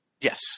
Yes